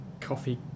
Coffee